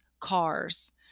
cars